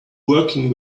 working